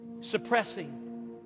Suppressing